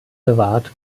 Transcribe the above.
bewahrt